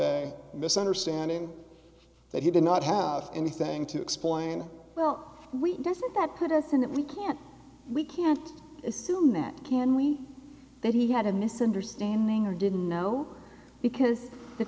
a misunderstanding that he did not have anything to explain well we doesn't that put us in that we can't we can't assume that can we that he had a misunderstanding or didn't know because the